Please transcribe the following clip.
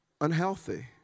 unhealthy